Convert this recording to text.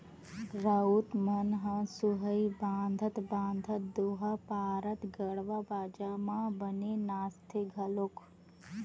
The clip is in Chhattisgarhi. राउत मन ह सुहाई बंधात बंधात दोहा पारत गड़वा बाजा म बने नाचथे घलोक